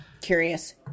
curious